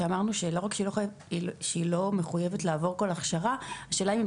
שאמרנו שלא רק שהיא לא מחויבת לעבור כל הכשרה אבל השאלה היא אם היא